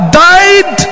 died